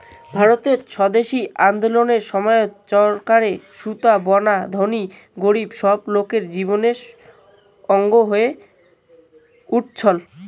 ভারতের স্বদেশি আন্দোলনের সময়ত চরকারে সুতা বুনা ধনী গরীব সব লোকের জীবনের অঙ্গ হয়ে উঠছল